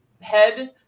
head